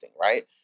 right